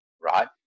right